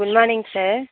good morning sir